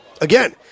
Again